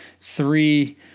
three